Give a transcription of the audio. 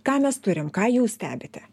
ką mes turim ką jūs stebite